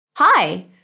Hi